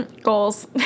Goals